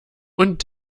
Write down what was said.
und